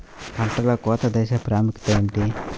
పంటలో కోత దశ ప్రాముఖ్యత ఏమిటి?